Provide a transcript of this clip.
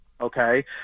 okay